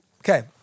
Okay